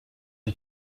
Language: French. une